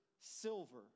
silver